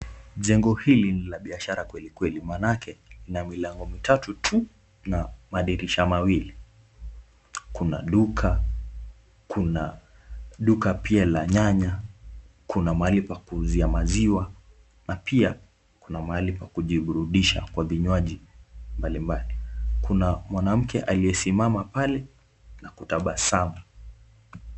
Jengo hili ni la biashara kweli kweli maana yake lina milango mitatu tu na madirisha miwili kuna duka kuna duka pia la nyanya kuna mahali pa kuuzia maziwa na pia kuna mahali pa kujifurudisha kwa vinyawaji mbalimbali kuna mwanamke aliyesimama pale na kutabasamu.